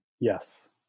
Yes